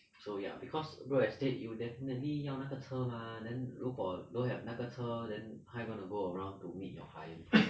so ya because real estate you definitely 要那个车 mah then 如果 don't have 那个车 then how you gonna go around to meet your client